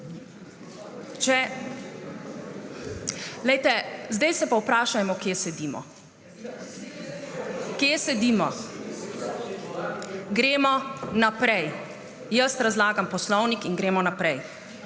Zdaj se pa vprašajmo, kje sedimo. Kje sedimo. Gremo naprej. Jaz razlagam poslovnik in gremo naprej.